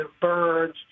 birds